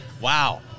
Wow